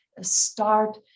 start